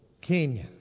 Kenya